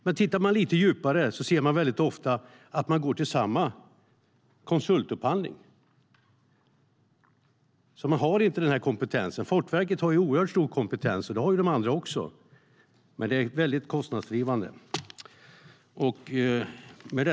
Men tittar man lite djupare ser man ofta att de går till samma konsultupphandling. De har alltså inte den kompetensen. Fortifikationsverket har oerhört stor kompetens, och det har de andra också. Men detta är väldigt kostnadsdrivande.